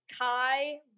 Kai